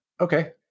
Okay